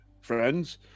friends